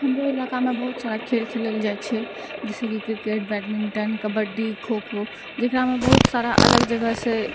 हमरऽ इलाकामे बहुत सारा खेल खेलल जाइ छै जइसेकि किरकेट बैडमिन्टन कबड्डी खोखो जकरामे बहुत सारा अलग जगहसँ